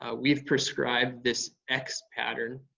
ah we've prescribed this x pattern.